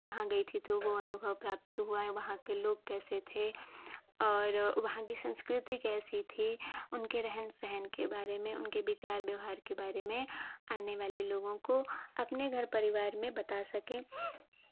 वहाँ गई थी तो वो अनुभव प्राप्त हुआ है वहाँ के लोग कैसे थे और वहाँ की संस्कृति कैसी थी उनके रहन सहन के बारे में उनके विचार व्यवहार के बारे में आने वाले लोगों को अपने घर परिवार में बता सकें